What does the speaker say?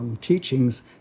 teachings